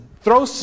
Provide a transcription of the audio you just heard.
throw